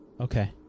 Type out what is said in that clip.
Okay